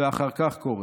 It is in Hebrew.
ואחר כך קורא".